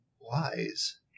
wise